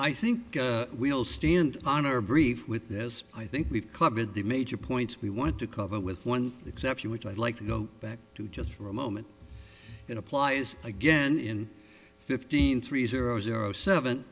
i think we all stand on our brief with this i think we've covered the major points we want to cover with one exception which i'd like to go back to just for a moment it applies again in fifteen three zero zero seven